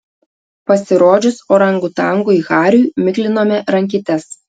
pasirodžius orangutangui hariui miklinome rankytes